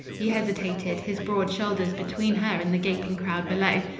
he hesitated, his broad shoulders between her and the gaping crowd below.